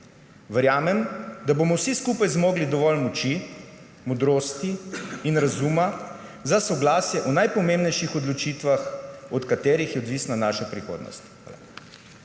»Verjamem, da bomo vsi skupaj zmogli dovolj moči, modrosti in razuma za soglasje o najpomembnejših odločitvah, od katerih je odvisna naša prihodnost.«